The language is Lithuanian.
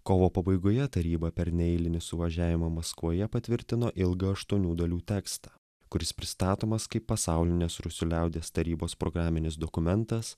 kovo pabaigoje taryba per neeilinį suvažiavimą maskvoje patvirtino ilgą aštuonių dalių tekstą kuris pristatomas kaip pasaulinės rusų liaudies tarybos programinis dokumentas